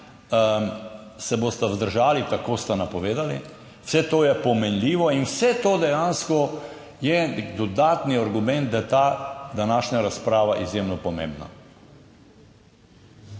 se bosta vzdržali, tako sta napovedali, vse to je pomenljivo in vse to dejansko je nek dodatni argument, da je ta današnja razprava izjemno pomembna.